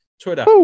twitter